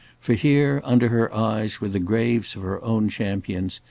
for here under her eyes were the graves of her own champions,